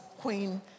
Queen